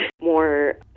More